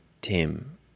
Tim